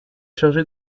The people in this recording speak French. chargé